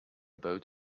boat